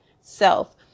self